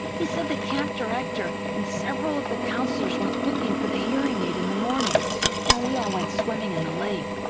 he said the camp director and several of the counselors went looking for the hearing aid in the morning while we all went swimming in the lake,